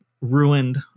ruined